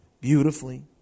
beautifully